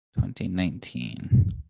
2019